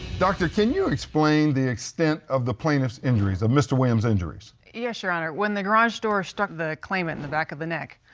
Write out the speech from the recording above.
doctor, can you explain the extent of the plaintiff's injuries? mr. william's injuries? yes, your honor. when the garage door struck the claimant in the back of the neck,